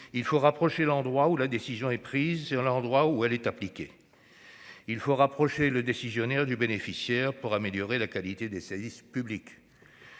Il faut rapprocher l'endroit où la décision est prise de celui où elle est appliquée. Il faut rapprocher le décisionnaire du bénéficiaire pour améliorer la qualité des services publics.